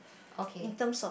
okay